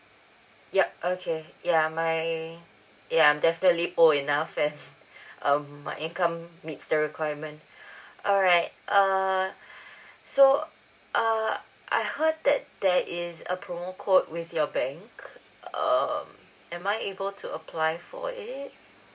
yup okay ya my ya I'm definitely old enough and um my income meets the requirement alright err so err I heard that there is a promo code with your bank um am I able to apply for it